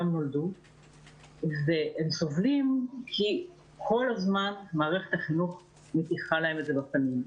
הם נולדו; והם סובלים כי כל הזמן מערכת החינוך מטיחה להם את זה בפנים: